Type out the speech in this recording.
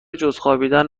جزخوابیدن